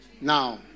Now